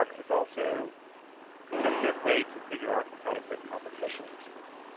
um it's also a good way to figure out if adequate competition exists.